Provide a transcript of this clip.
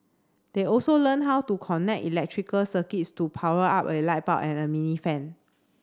they also learn how to connect electrical circuits to power up a light bulb and a mini fan